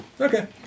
Okay